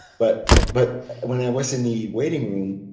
but but when i was in the waiting room,